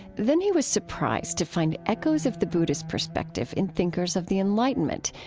then he was surprised to find echoes of the buddhist perspective in thinkers of the enlightenment,